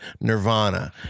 Nirvana